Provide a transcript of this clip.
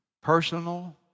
personal